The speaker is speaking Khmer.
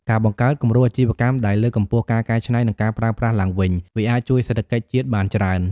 ការបង្កើតគំរូអាជីវកម្មដែលលើកកម្ពស់ការកែច្នៃ និងប្រើប្រាស់ឡើងវិញ វាអាចជួយសេដ្ឋកិច្ចជាតិបានច្រើន។